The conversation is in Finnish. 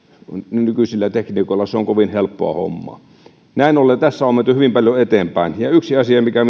nykyisillä tekniikoilla se on kovin helppoa hommaa näin ollen tässä on menty hyvin paljon eteenpäin yksi asia mikä